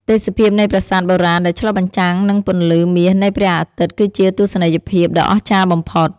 ទេសភាពនៃប្រាសាទបុរាណដែលឆ្លុះបញ្ចាំងនឹងពន្លឺមាសនៃព្រះអាទិត្យគឺជាទស្សនីយភាពដ៏អស្ចារ្យបំផុត។